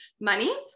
money